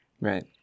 Right